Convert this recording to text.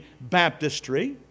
baptistry